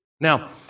Now